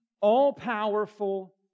All-Powerful